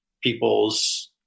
people's